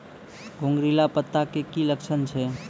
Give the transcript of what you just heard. घुंगरीला पत्ता के की लक्छण छै?